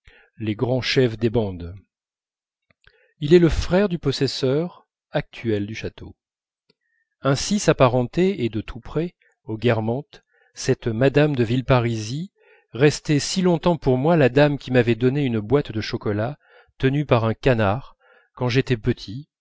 les grands chefs de bandes il est le frère du possesseur actuel du château ainsi s'apparentait et de tout près aux guermantes cette mme de villeparisis restée si longtemps pour moi la dame qui m'avait donné une boîte de chocolat tenue par un canard quand j'étais petit